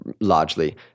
largely